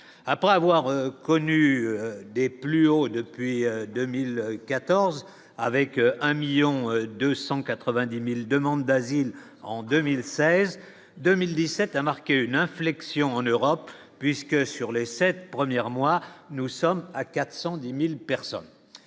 après avoir connu des plus hauts depuis 2014. Avec un 1000000 200 90 1000 demandes d'asile en 2016, 2017 a marqué une inflexion en Europe puisque, sur les 7 premières moi, nous sommes à 410000 personnes,